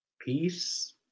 peace